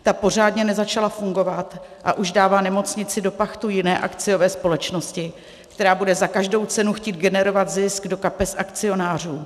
Ta pořádně nezačala fungovat, a už dává nemocnici do pachtu jiné akciové společnosti, která bude za každou cenu chtít generovat zisk do kapes akcionářů.